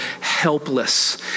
helpless